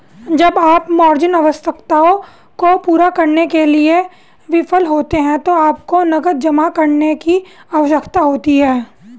जब आप मार्जिन आवश्यकताओं को पूरा करने में विफल होते हैं तो आपको नकद जमा करने की आवश्यकता होती है